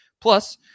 Plus